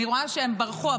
אני רואה שהם ברחו,